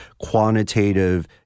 quantitative